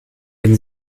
dem